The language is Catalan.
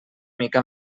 mica